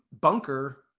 bunker